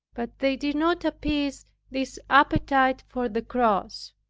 but they did not appease this appetite for the cross.